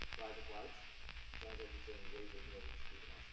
rise up lights, it sounds like you're saying razor blades with an so